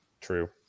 True